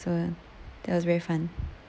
so that was very fun